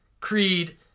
Creed